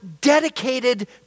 dedicated